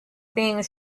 being